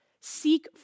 Seek